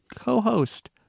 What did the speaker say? co-host